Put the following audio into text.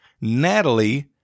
Natalie